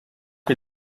che